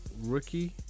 Rookie